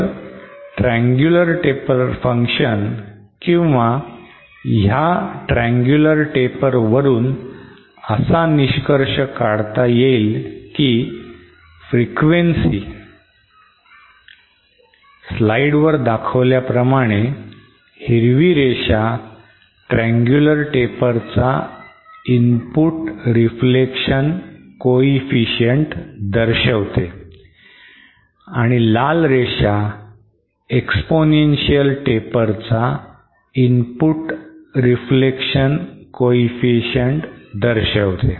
तर triangular taper function किंवा ह्या triangular taper वरून असा निष्कर्ष काढता की frequency slide वर दाखवल्या प्रमाणे हिरवी रेषा triangular taper चा input reflection coefficient दर्शविते आणि लाल रेषा exponential taper चा input reflection coefficient दर्शविते